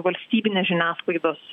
valstybinės žiniasklaidos